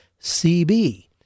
CB